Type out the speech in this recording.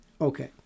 Okay